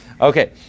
Okay